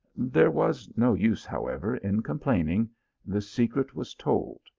there was no use, however, in complaining the secret was told,